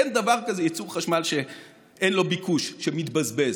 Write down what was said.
אין דבר כזה ייצור חשמל שאין לו ביקוש, שמתבזבז.